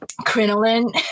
crinoline